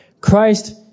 Christ